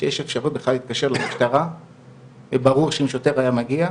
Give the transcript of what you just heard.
שיש אפשרות בכלל להתקשר למשטרה וברור שאם שוטר היה מגיע,